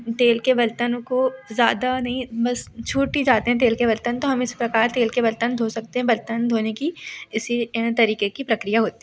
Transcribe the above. तेल के बर्तनों को ज़्यादा नहीं बस छूट ही जाते हैं तेल के बर्तन तो हम इस प्रकार तेल के बर्तन धो सकते हैं बर्तन धोने की इसी तरीके की प्रक्रिया होती